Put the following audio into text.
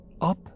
up